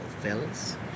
fellas